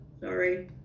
Sorry